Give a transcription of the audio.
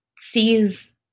sees